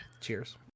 Cheers